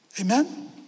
Amen